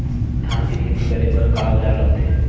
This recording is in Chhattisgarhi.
धान के खेती करे बर का औजार लगथे?